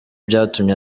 byatumye